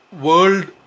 world